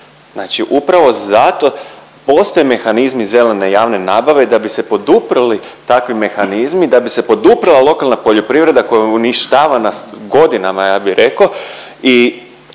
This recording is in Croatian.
Znači upravo zato postoje mehanizmi zelene javne nabave da bi se poduprli takvi mehanizmi, da bi se poduprla lokalna poljoprivreda koja uništava nas godinama ja bi rekao